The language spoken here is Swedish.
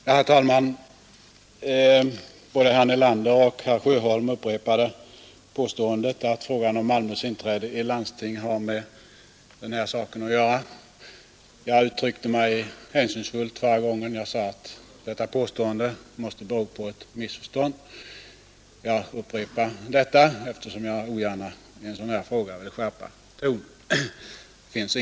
Herr talman! Både herr Nelander och herr Sjöholm upprepade påståendet att frågan om Malmös inträde i landstinget hade med den här saken att göra. Jag uttryckte mig hänsynsfullt i mitt förra anförande då jag sade att detta påstående måste bero på ett missförstånd. Jag upprepar detta eftersom jag i en sådan här fråga ogärna vill skärpa tonen.